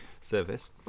service